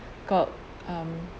got um